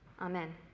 Amen